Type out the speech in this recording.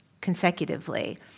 consecutively